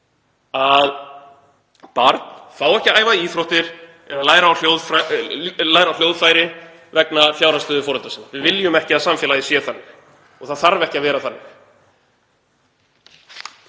að barn fái ekki að æfa íþróttir eða læra á hljóðfæri vegna fjárhagsstöðu foreldra sinna.“ Við viljum ekki að samfélagið sé þannig og það þarf ekki að vera þannig.